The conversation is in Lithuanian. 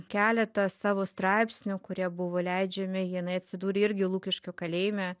keletą savo straipsnių kurie buvo leidžiami jinai atsidūrė irgi lukiškių kalėjime